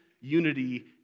Unity